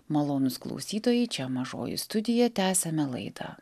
malonūs klausytojai čia mažoji studija tęsiame laidą